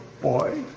boy